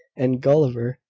and gulliver,